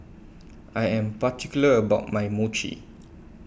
I Am particular about My Mochi